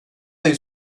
ayı